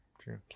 True